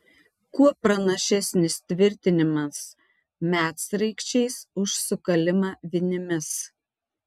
kuo pranašesnis tvirtinimas medsraigčiais už sukalimą vinimis